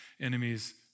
enemies